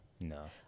No